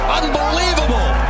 unbelievable